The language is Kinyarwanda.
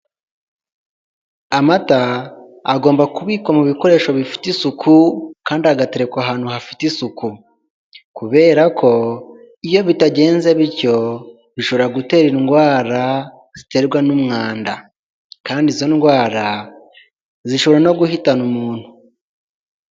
Amata agomba kubikwa mu bikoresho bifite isuku kandi agaterekwa ahantu hafite isuku, kubera ko iyo bitagenze bityo, bishobora gutera indwara ziterwa n'umwanda, kandi izo ndwara zishobora no guhitana umuntu.